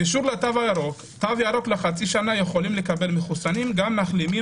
תו ירוק לחצי שנה יכולים לקבל מחוסנים גם מחלימים